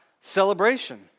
celebration